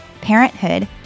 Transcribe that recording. Parenthood